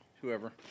whoever